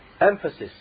emphasis